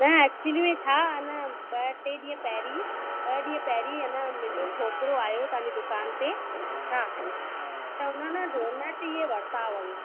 न एक्चुअली में छा आहे न ॿ टे ॾींहं पहिरीं ॿ ॾींहं पहिरीं आहे न मुंहिंजो छोकिरो आयो तव्हांजी दुकान ते हा त उन न डोनट ईअं वरिता हुअई